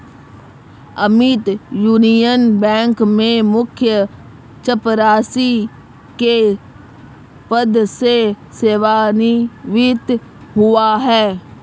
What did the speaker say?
Amit Union Bank में मुख्य चपरासी के पद से सेवानिवृत हुआ है